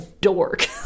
dork